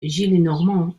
gillenormand